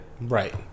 Right